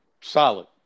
solid